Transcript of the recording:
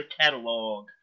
catalog